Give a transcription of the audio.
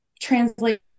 translate